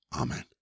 Amen